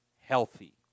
healthy